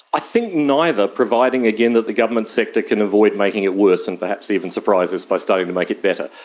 i think neither, providing again that the government sector can avoid making it worse and perhaps even surprise us by starting to make it better.